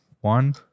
one